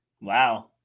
Wow